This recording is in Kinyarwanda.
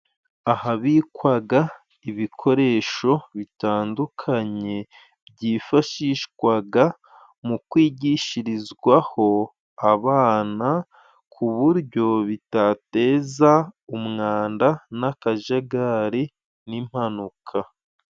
Ahabikwaga ibikoresho bitandukanye byifashishwaga mu kwigishirizwaho abana ku buryo bitateza umwanda n'akajagari n'impanuka.